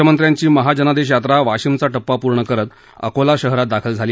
यवतमाळनंतर म्ख्यमंत्र्यांची महाजनादेश यात्रा वाशिमचा टप्पा पूर्ण करत अकोला शहरात दाखल झाली